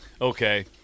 okay